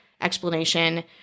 explanation